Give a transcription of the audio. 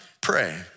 pray